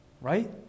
Right